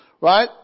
Right